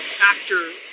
actors